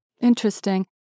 Interesting